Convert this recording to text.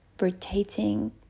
rotating